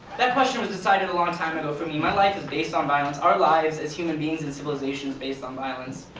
that question was decided a long time ago for me. my life is based on violence. our lives as human beings in civilization is based on violence.